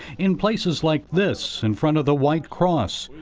in places like this, in front of the white cross,